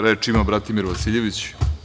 Reč ima Bratimir Vasiljević.